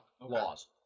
Laws